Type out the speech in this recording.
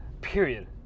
period